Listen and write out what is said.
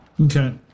Okay